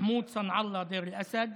מחמוד סנעללה מדיר אל-אסד,